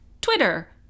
twitter